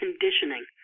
conditioning